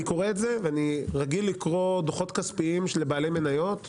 אני קורא את זה ואני רגיל לקרוא דוחות כספיים של בעלי מניות,